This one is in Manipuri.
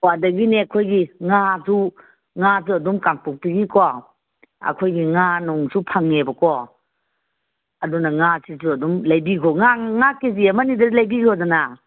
ꯑꯣ ꯑꯗꯒꯤꯅꯦ ꯑꯩꯈꯣꯏꯒꯤ ꯉꯥꯁꯨ ꯉꯥꯁꯨ ꯑꯗꯨꯝ ꯀꯥꯡꯄꯣꯛꯄꯤꯒꯤꯀꯣ ꯑꯩꯈꯣꯏꯒꯤ ꯉꯥ ꯅꯨꯡꯁꯨ ꯐꯪꯉꯦꯕꯀꯣ ꯑꯗꯨꯅ ꯉꯥꯁꯤꯁꯨ ꯑꯗꯨꯝ ꯂꯩꯕꯤꯈꯣ ꯉꯥ ꯀꯦ ꯖꯤ ꯑꯃꯅꯤꯗ ꯂꯩꯕꯤꯈꯣꯗꯅ